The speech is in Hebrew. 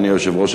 אדוני היושב-ראש,